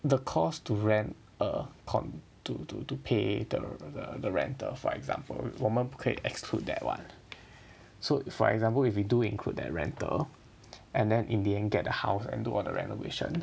the cost to rent a con~ to to to pay the the rental for example 我们不可以 exclude that one so for example if we do include that rental and then in the end get the house and do renovations